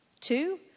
Two